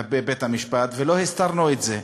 כלפי בית-המשפט ולא הסתרנו את זה.